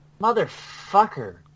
Motherfucker